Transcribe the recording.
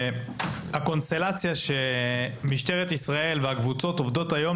הקונסטלציה שמשטרת ישראל והקבוצות עובדות היום,